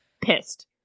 pissed